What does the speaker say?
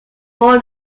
more